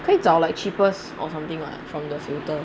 可以找 like cheapest or something [what] from the filter